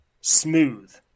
smooth